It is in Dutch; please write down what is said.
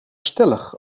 stellig